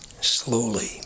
slowly